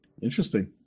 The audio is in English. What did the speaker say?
Interesting